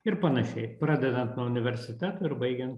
ir panašiai pradedant nuo universiteto ir baigiant